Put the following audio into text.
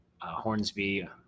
hornsby